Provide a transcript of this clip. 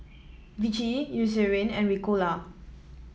Vichy Eucerin and Ricola